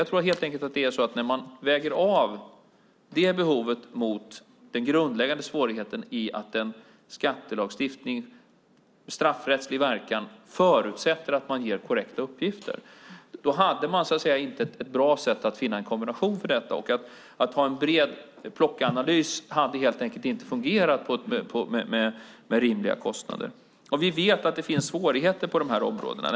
Jag tror helt enkelt att när man vägde detta behov mot den grundläggande svårigheten att en skattelagstiftning med straffrättslig verkan förutsätter att folk ger korrekta uppgifter kunde man inte finna en bra kombination av detta. Att ha en bred plockanalys hade helt enkelt inte fungerat med rimliga kostnader. Vi vet att det finns svårigheter på de här områdena.